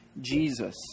Jesus